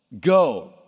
Go